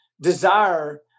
desire